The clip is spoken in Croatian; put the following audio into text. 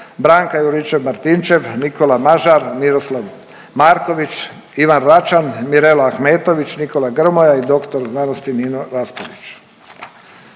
Branka Juričev-Martinčev, Nikola Mažar, Miroslav Marković, Ivan Račan, Mirela Ahmetović, Nikola Grmoja i dr.sc. Nino Raspudić.